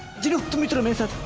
to meet' mr.